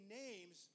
names